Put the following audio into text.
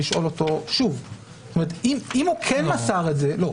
אנו חושבים שצריך לייצר פלטפורמת דיוור שבה אזרחים יכולים